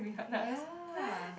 ya